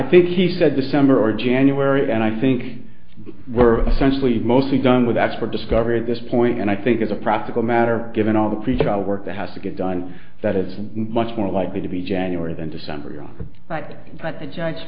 think he said december or january and i think we're essentially mostly done with expert discovery at this point and i think as a practical matter given all the pretrial work that has to get done that it's much more likely to be january than december you're right that the giants